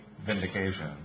vindication